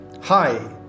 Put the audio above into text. Hi